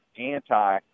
anti